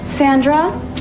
Sandra